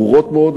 ברורות מאוד,